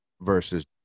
versus